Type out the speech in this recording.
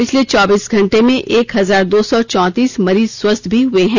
पिछले चौबीस घंटे में एक हजार दो सौ चौतीस मरीज स्वस्थ भी हुए हैं